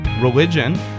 religion